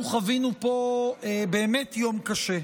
אנחנו חווינו פה באמת יום קשה,